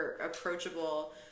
approachable